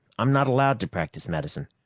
i'm not allowed to practice medicine.